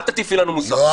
אל תטיפי לנו מוסר.